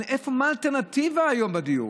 מה האלטרנטיבה היום בדיור?